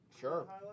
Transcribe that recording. Sure